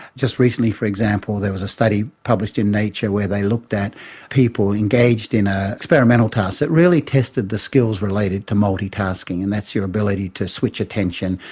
just recently, for example, there was a study published in nature where they looked at people engaged in an ah experimental task that really tested the skills related to multitasking, and that's your ability to switch attention.